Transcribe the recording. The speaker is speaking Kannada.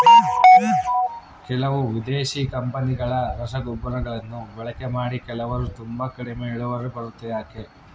ಕೆಲವು ವಿದೇಶಿ ಕಂಪನಿಗಳ ರಸಗೊಬ್ಬರಗಳನ್ನು ಬಳಕೆ ಮಾಡಿ ಕೆಲವರು ತುಂಬಾ ಕಡಿಮೆ ಇಳುವರಿ ಬರುತ್ತೆ ಯಾಕೆ?